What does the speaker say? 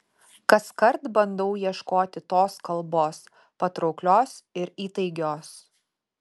kaskart bandau ieškoti tos kalbos patrauklios ir įtaigios